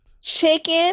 chicken